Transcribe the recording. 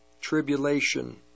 Tribulation